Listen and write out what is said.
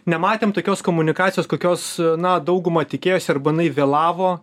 nematėm tokios komunikacijos kokios na dauguma tikėjosi arba vėlavo